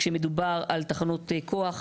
כשמדובר על תחנות כוח,